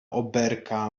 oberka